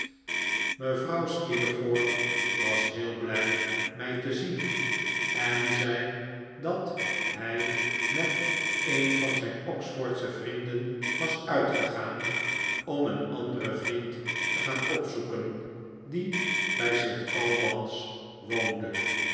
mevrouw steerforth was heel blij mij te zien en zei dat hij met een van zijn oxfordsche vrienden was uitgegaan om een anderen vriend te gaan opzoeken die bij st albans woonde